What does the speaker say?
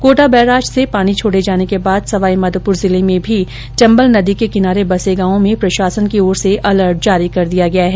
Kota barrage से पानी छोडे जाने के बाद सवाईमाधोपुर जिले में भी चंबल नदी के किनारे बसे गांवों में प्रशासन की ओर अलर्ट जारी कर दिया गया है